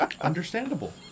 Understandable